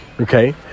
Okay